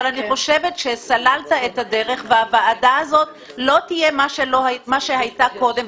אבל אני חושבת שסללת את הדרך והוועדה הזאת לא תהיה מה שהייתה קודם,